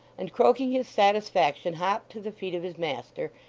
and, croaking his satisfaction, hopped to the feet of his master,